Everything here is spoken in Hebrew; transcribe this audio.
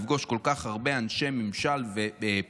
לפגוש כל כך הרבה אנשי ממשל בכירים.